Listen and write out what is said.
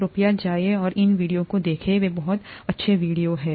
कृपया जाएं और इन वीडियो को देखें वे बहुत अच्छे वीडियो हैं